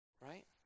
Right